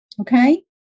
Okay